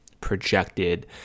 projected